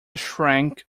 shrank